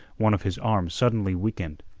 one of his arms suddenly weakened,